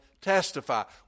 testify